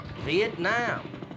Vietnam